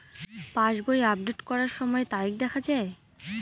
পাসবই update করার সময়ে তারিখ দেখা য়ায়?